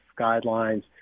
guidelines